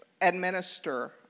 administer